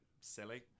silly